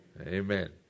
Amen